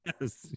Yes